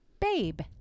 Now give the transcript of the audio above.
Babe